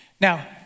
Now